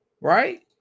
right